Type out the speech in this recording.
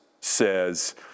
says